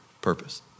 purpose